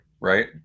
right